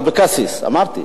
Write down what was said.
אבקסיס, אמרתי.